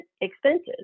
expenses